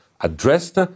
addressed